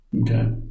Okay